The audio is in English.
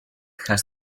has